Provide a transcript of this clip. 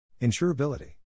Insurability